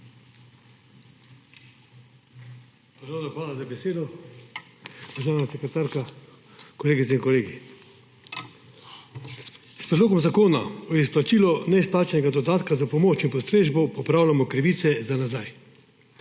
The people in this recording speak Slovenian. Ponovno hvala za besedo. Državna sekretarka, kolegice in kolegi! S predlogom zakona o izplačilu neizplačanega dodatka za pomoč in postrežbo popravljamo krivice za nazaj.